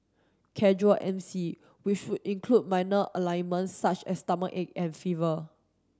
casual M C which would include minor alignment such as stomachache and fever